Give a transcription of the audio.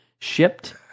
shipped